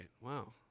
Wow